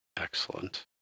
Excellent